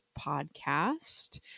podcast